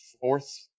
fourth